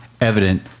evident